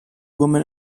woman